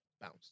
bounce